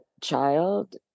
child